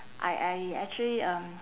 I I actually um